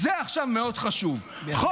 זה עכשיו מאוד חשוב, בהחלט.